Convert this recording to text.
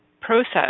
process